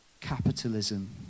capitalism